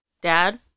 Dad